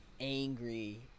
angry